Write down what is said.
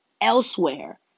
elsewhere